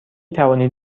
توانید